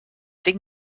tinc